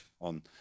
on